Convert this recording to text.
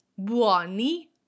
buoni